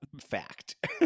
fact